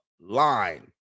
line